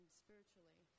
spiritually